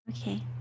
Okay